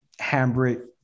Hambrick